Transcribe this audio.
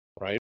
right